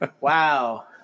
wow